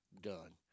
Done